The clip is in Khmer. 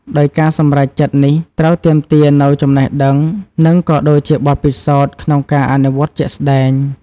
ដោយការសម្រេចចិត្តនេះត្រូវទាមទារនូវចំណេះដឹង និងក៏ដូចជាបទពិសោធន៍ក្នុងការអនុវត្តជាក់ស្តែង។